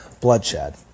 bloodshed